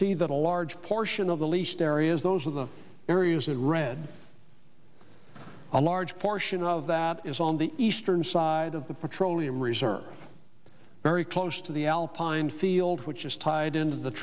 see that a large portion of the least areas those are the areas that red a large portion of that is on the eastern side of the petroleum reserve are very close to the alpine field which is tied